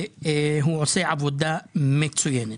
הוא עושה עבודה מצוינת.